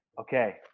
okay